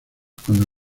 cuando